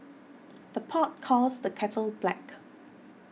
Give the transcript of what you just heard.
the pot calls the kettle black